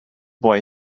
boy